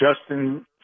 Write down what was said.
Justin